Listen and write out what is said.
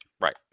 Right